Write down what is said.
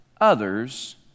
others